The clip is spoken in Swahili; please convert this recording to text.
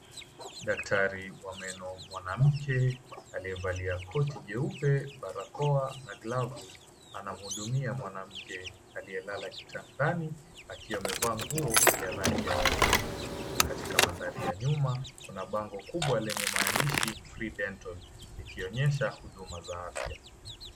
Daktari wa meno mwanamke aliyevalia koti jeupe, barakoa na glavu anamhudumia mwanamke aliyelala kitandani akiwa amevaa nguo ya rangi ya waridi. Katika mandhari ya nyuma kuna bango kubwa lenye maandishi, Free Dental ikionyesha huduma za afya.